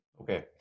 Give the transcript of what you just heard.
Okay